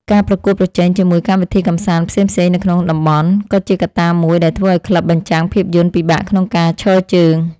ការប្រកួតប្រជែងជាមួយកម្មវិធីកម្សាន្តផ្សេងៗនៅក្នុងតំបន់ ក៏ជាកត្តាមួយដែលធ្វើឱ្យក្លឹបបញ្ចាំងភាពយន្តពិបាកក្នុងការឈរជើង។